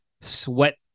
sweat